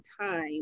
time